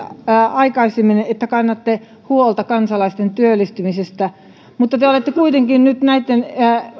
aikaisemmin että kannatte huolta kansalaisten työllistymisestä mutta te olette kuitenkin nyt näitten